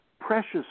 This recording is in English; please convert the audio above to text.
precious